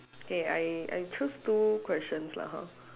okay I I choose two questions lah hor